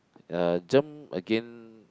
ya germ again